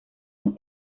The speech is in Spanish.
los